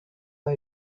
are